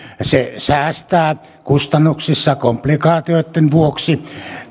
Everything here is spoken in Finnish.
se säästää kustannuksissa komplikaatioitten vuoksi